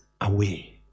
away